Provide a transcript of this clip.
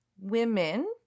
women